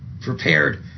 prepared